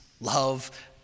love